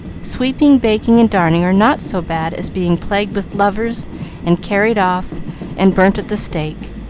sweeping, baking, and darning are not so bad as being plagued with lovers and carried off and burnt at the stake,